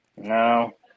No